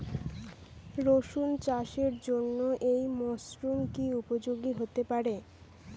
রসুন চাষের জন্য এই মরসুম কি উপযোগী হতে পারে?